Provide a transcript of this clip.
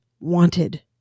wanted